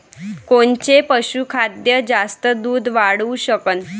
कोनचं पशुखाद्य जास्त दुध वाढवू शकन?